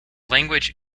language